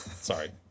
Sorry